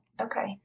okay